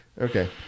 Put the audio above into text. Okay